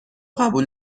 قبول